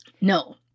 No